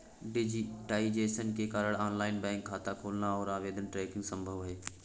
digitisation के कारण online bank खाता खोलना और आवेदन ट्रैकिंग संभव हैं